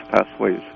pathways